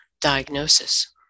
diagnosis